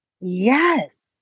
Yes